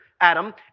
Adam